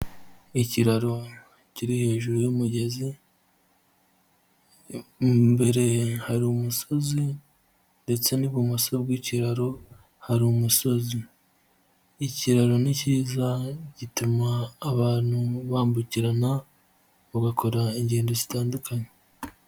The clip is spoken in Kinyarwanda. Ikiraro kiri hejuru y'umugezi, imbere hari umusozi ndetse n'ibumoso bw'ikiraro hari umusozi, ikiraro ni kiza gituma abantu bambukirana bagakora ingendo zitandukanye.